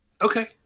Okay